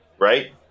right